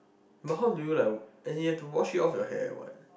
but how do you like as in you have to wash off your hair what